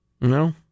no